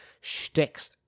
shticks